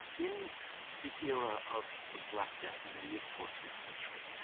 in the era of the black death, in the mid fourteenth century,